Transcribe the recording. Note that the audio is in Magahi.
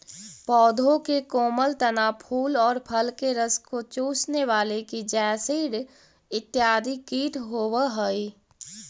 पौधों के कोमल तना, फूल और फल के रस को चूसने वाले की जैसिड इत्यादि कीट होवअ हई